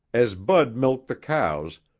as bud milked the cows,